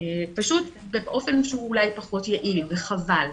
פשוט באופן שהוא אולי פחות יעיל, וחבל.